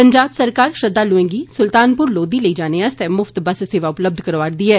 पंजाब सरकार श्रद्वालुएं गी सुलतानपुर लोधी लेई जाने आस्तै मुफ्त बस सेवा उपलब्ध करोआ'रदी ऐ